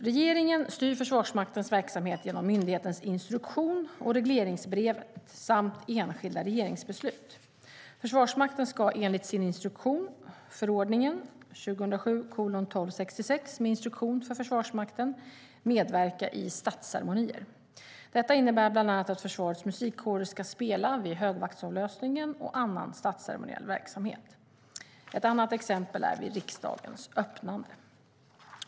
Regeringen styr Försvarsmaktens verksamhet genom myndighetens instruktion och regleringsbrevet samt enskilda regeringsbeslut. Försvarsmakten ska enligt sin instruktion, förordningen med instruktion för Försvarsmakten - medverka i statsceremonier. Detta innebär bland annat att försvarets Musikkårer ska spela vid högvaktsavlösningen och annan statsceremoniell verksamhet. Ett annat exempel är riksdagens öppnande.